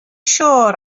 siŵr